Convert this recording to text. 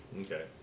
Okay